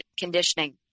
conditioning